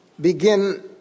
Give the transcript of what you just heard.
begin